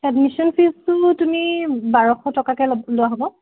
admission ফিজটো তুমি বাৰশ টকাকে লোৱা হ'ব